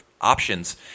options